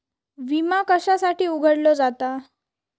विमा कशासाठी उघडलो जाता?